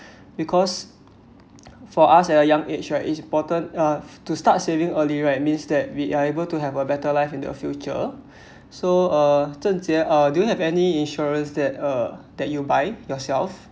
because for us at a young age right it's important uh to start saving early right means that we are able to have a better life in the future so uh zhen jie uh didn't have any insurance that uh that you buy yourself